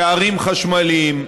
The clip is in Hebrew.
שערים חשמליים,